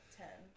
ten